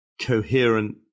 coherent